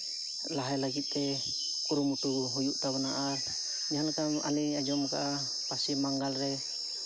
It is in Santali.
ᱞᱟᱦᱟᱭ ᱞᱟᱹᱜᱤᱫ ᱛᱮ ᱠᱩᱨᱩᱢᱩᱴᱩᱭ ᱦᱩᱭᱩᱜ ᱛᱟᱵᱚᱱᱟ ᱡᱟᱦᱟᱸ ᱞᱮᱠᱟ ᱟᱹᱞᱤᱧ ᱟᱸᱡᱚᱢ ᱠᱟᱜᱼᱟ ᱯᱚᱥᱪᱤᱢ ᱵᱟᱝᱜᱟᱞ ᱨᱮ